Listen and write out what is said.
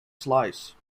slice